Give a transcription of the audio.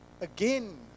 Again